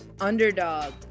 Underdog